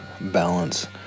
balance